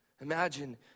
Imagine